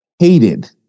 hated